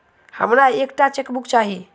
हमरा एक टा चेकबुक चाहि